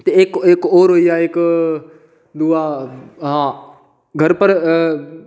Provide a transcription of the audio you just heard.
ते इक्क इक्क होर होइया इक्क घर पर